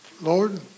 Lord